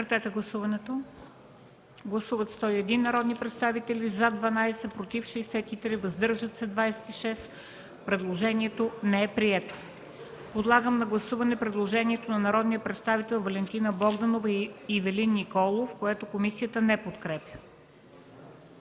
комисията не подкрепя. Гласували 101 народни представители: за 12, против 63, въздържали се 26. Предложението не е прието. Подлагам на гласуване предложението от народните представители Валентина Богданова и Ивелин Николов, което комисията не подкрепя.